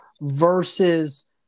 versus